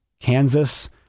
Kansas